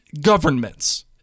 governments